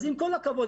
אז עם כל הכבוד,